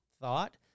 thought